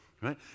right